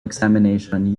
examination